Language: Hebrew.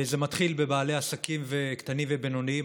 זה מתחיל בבעלי עסקים קטנים ובינוניים.